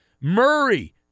Murray